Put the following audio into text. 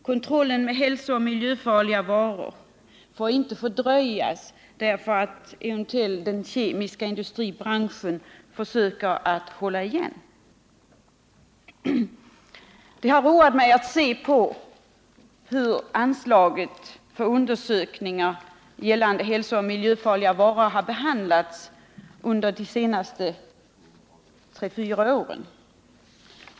Kontrollen av hälsooch miljöfarliga varor får inte fördröjas på grund av att den kemiska industribranschen eventuellt försöker hålla igen. Det har roat mig att se på hur anslaget för undersökning gällande hälsooch miljöfarliga varor har behandlats under de senaste tre fyra åren.